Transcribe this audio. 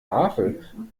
havel